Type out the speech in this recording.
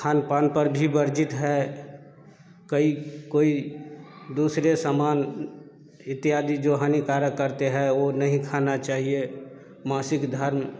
खानपान पर भी वर्जित है कई कोई दूसरे सामान इत्यादि जो हानिकारक करते है वह नहीं खाना चाहिए मासिक धर्म